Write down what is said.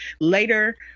later